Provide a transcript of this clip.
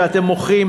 שאתם מוחים,